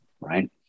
right